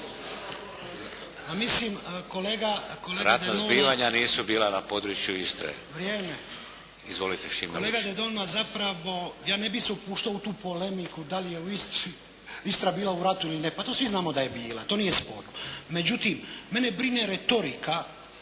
replike. Ratna zbivanja nisu bila na području Istre. Izvolite Šime Lučin. **Lučin, Šime (SDP)** Kolega Denona, zapravo ja ne bih se upuštao u tu polemiku da je Istra bila u ratu ili ne. Pa to svi znamo da je bila. To nije sporno. Međutim, mene brine retorika